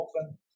Open